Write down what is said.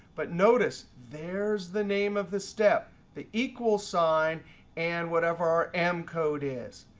but notice there's the name of the step, the equal sign and whatever our m code is.